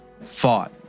fought